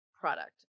product